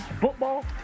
Football